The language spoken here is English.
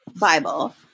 Bible